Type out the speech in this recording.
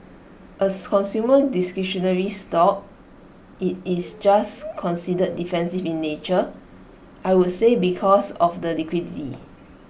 A consumer discretionary stock IT is just considered defensive in nature I would say because of the liquidity